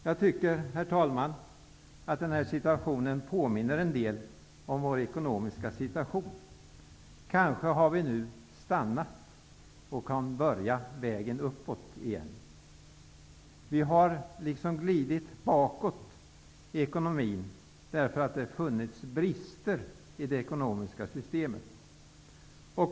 Jag tycker, herr talman, att den här situationen påminner en del om vår ekonomiska situation. Kanske har vi nu stannat och kan börja ta oss upp längs vägen igen. Vi har glidit bakåt i ekonomin, eftersom det har funnits brister i det ekonomiska systemet.